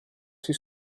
sui